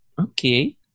okay